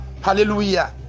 hallelujah